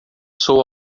sou